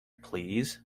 please